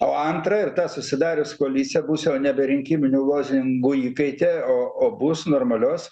o antra jau ta susidarius koalicija bus jau nebe rinkiminių lozungų įkaitė o o bus normalios